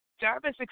Jarvis